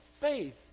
faith